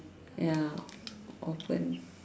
ya open